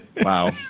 Wow